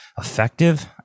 Effective